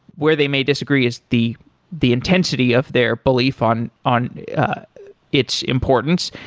where they may disagree is the the intensity of their belief on on its importance.